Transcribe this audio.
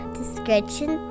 description